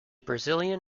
brazilian